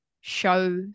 show